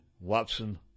Watson